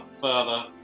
further